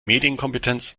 medienkompetenz